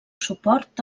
suport